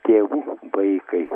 tėvų vaikai